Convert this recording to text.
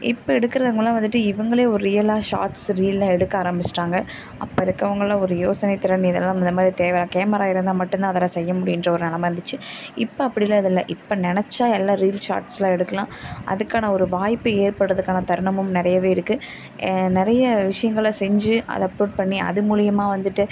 இப்போ எடுக்கிறவங்களாம் வந்துட்டு இவங்களே ஒரு ரியலாக ஷாட்ஸ் ரீல்லாம் எடுக்க ஆரமிச்சிட்டாங்க அப்போ இருக்கவங்கள்லாம் ஒரு யோசனை திறன் இது எல்லாம் முதல்ல தேவை கேமரா இருந்தால் மட்டுந்தான் அது எல்லாம் செய்ய முடியுன்ற ஒரு நிலம இருந்துச்சு இப்போ அப்படிலாம் எதுவும் இல்லை இப்போ நினச்சா எல்லாம் ரீல்ஸ் ஷாட்ஸுலாம் எடுக்கலாம் அதுக்கான ஒரு வாய்ப்பு ஏற்படுகிறதுக்கான தருணமும் நிறையவே இருக்குது நிறைய விஷயங்களை செஞ்சு அதை அப்லோட் பண்ணி அது மூலயமா வந்துட்டு